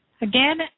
Again